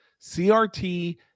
crt